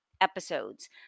episodes